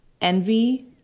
envy